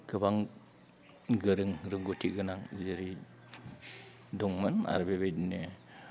गोबां गोरों रोंगौथिगोनां जेरै दंमोन आरो बेबायदिनो